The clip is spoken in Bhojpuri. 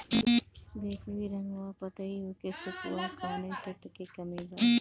बैगरी रंगवा पतयी होके सुखता कौवने तत्व के कमी बा?